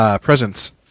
presence